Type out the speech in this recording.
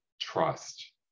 trust